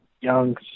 young